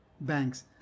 banks